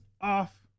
off